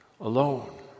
alone